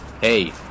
Hey